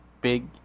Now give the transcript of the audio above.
big